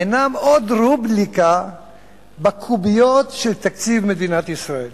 אינם עוד רובריקה בקוביות של תקציב מדינת ישראל.